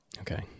okay